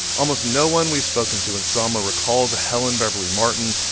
almost no one we've spoken to in selma recalls a helen beverly martin.